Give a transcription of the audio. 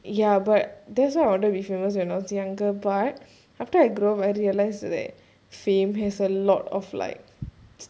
ya but that's why I wanted to be famous when I was younger but after I grow up I realised that fame has a lot of like